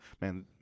Man